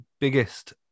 biggest